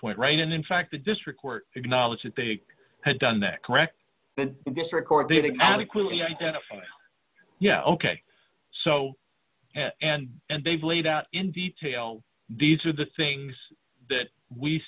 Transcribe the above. point right and in fact the district court acknowledged that they had done that correct that this record didn't adequately identify yeah ok so and and they've laid out in detail these are the things that we